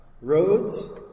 Roads